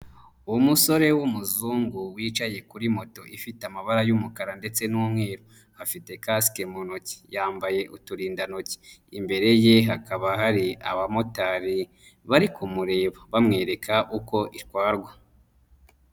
Umusore w'umuzungu wicaye kuri moto ifite amabara y'umukara ndetse n'umweru. Afite kasike mu ntoki. Yambaye uturindantoki. Imbere ye hakaba hari abamotari bari kumureba, bamwereka uko itwarwa.